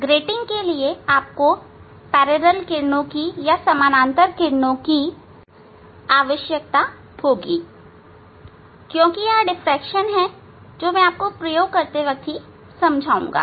grating के लिए आपको समानांतर किरणों की आवश्यकता होगी क्योंकि यह डिफ्रेक्शन है जो मैं आपको प्रयोग करते हुए समझाऊंगा